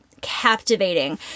captivating